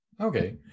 Okay